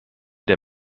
der